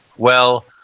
well,